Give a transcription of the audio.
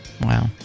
Wow